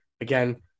Again